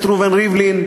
חבר הכנסת ראובן ריבלין,